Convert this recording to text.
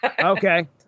okay